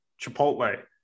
Chipotle